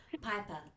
Piper